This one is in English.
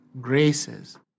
graces